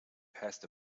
past